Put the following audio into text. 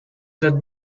that